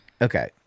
Okay